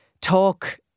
talk